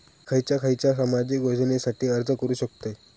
मी खयच्या खयच्या सामाजिक योजनेसाठी अर्ज करू शकतय?